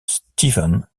steven